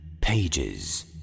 Pages